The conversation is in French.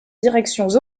directions